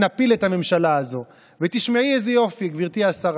משתלחים ורומסים את הזכויות של המיעוט עכשיו